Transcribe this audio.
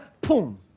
boom